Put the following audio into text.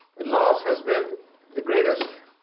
the loss has been the greatest